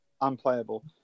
Unplayable